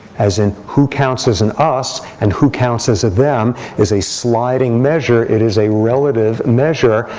as in, who counts as an us, and who counts as a them is a sliding measure. it is a relative measure.